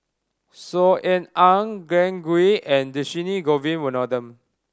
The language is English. Saw Ean Ang Glen Goei and Dhershini Govin Winodan